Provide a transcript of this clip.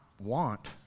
Want